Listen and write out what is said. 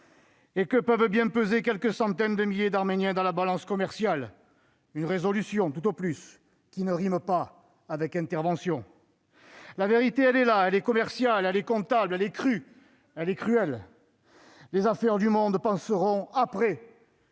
Et que peuvent bien peser quelques centaines de milliers d'Arméniens dans la balance commerciale ? Une résolution, tout au plus, qui ne rime pas avec « intervention ». La vérité est là ; elle est commerciale, comptable ; elle est crue et cruelle. Les affaires du monde passeront après